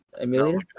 emulator